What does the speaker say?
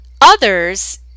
Others